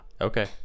Okay